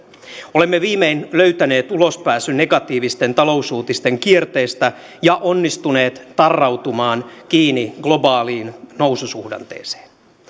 olemme viimein löytäneet ulospääsyn negatiivisten talousuutisten kierteestä ja onnistuneet tarrautumaan kiinni globaaliin noususuhdanteeseen